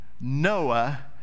Noah